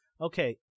Okay